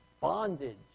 bondage